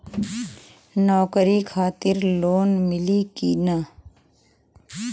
नौकरी खातिर लोन मिली की ना?